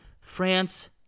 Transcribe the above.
France